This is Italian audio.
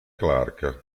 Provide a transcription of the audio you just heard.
clark